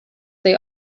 they